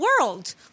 world